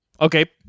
Okay